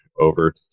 over